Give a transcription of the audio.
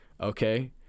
Okay